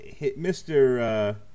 Mr